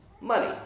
money